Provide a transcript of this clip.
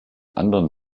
anderen